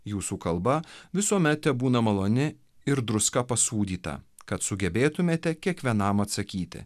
jūsų kalba visuomet tebūna maloni ir druska pasūdyta kad sugebėtumėte kiekvienam atsakyti